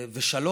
לעבוד,